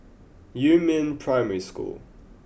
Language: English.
Yumin Primary School